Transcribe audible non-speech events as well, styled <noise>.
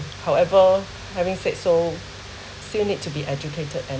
<noise> however having said so <breath> still need to be educated and